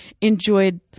enjoyed